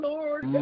Lord